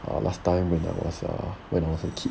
err last time when I was err when I was a kid